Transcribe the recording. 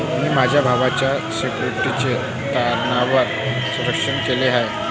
मी माझ्या भावाच्या सिक्युरिटीज तारणावर स्वाक्षरी केली आहे